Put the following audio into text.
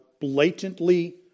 blatantly